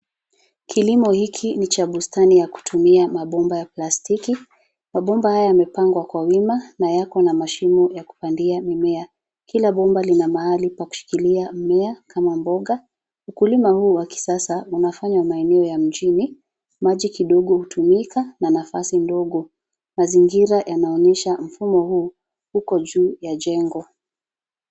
Kilimo hiki ni cha bustani ya kutumia mabomba ya plastiki. Mabomba haya yamepangwa kwa wima na yako na mashimo ya kupandia mimea. Kila bomba lina mahali pa kushikilia mmea kama mboga. Ukulima huu wa kisasa unafanywa maeneo mjini. Maji kidogo hutumika na nafasi ndogo. Mazingira yanaonyesha mfumo huu uko juu ya jengo.